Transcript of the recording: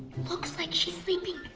looks like she's sleeping.